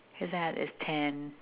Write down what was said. is that his tent